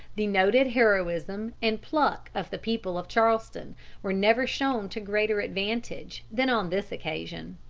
the noted heroism and pluck of the people of charleston were never shown to greater advantage than on this occasion.